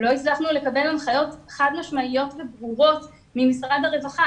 לא הצלחנו לקבל הנחיות חד משמעיות ותגובות ממשרד הרווחה,